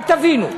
רק תבינו,